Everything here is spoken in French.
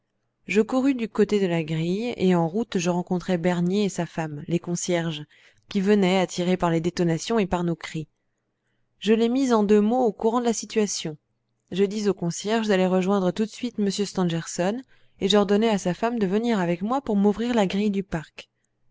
je courus du côté de la grille et en route je rencontrai bernier et sa femme les concierges qui venaient attirés par les détonations et par nos cris je les mis en deux mots au courant de la situation je dis au concierge d'aller rejoindre tout de suite m stangerson et j'ordonnai à sa femme de venir avec moi pour m'ouvrir la grille du parc